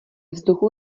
vzduchu